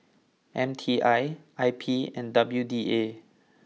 M T I I P and W D A